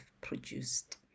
produced